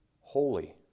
holy